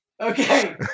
Okay